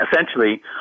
essentially